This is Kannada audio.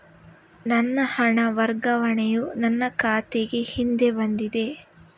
ನನ್ನ ಹಣ ವರ್ಗಾವಣೆಯು ನನ್ನ ಖಾತೆಗೆ ಹಿಂದೆ ಬಂದಿದೆ